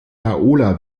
laola